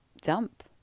dump